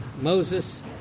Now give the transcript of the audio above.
Moses